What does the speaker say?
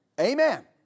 Amen